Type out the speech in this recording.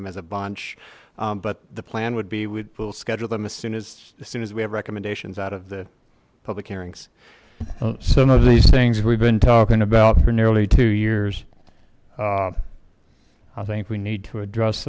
them as a bunch but the plan would be we'll schedule them as soon as as soon as we have recommendations out of the public hearings some of these things we've been talking about for nearly two years i think we need to address